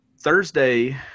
Thursday